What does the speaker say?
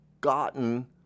gotten